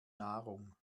nahrung